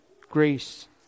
grace